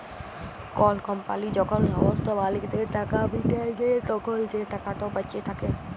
call company যখল সমস্ত মালিকদের টাকা মিটাঁয় দেই, তখল যে টাকাট বাঁচে থ্যাকে